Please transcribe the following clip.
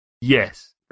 Yes